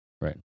right